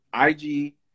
IG